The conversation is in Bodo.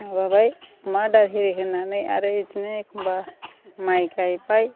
माबाबाय अमा आदार इरि होनानै आरो बेदिनो एखमब्ला माइ गायबाय